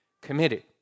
committed